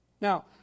Now